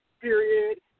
period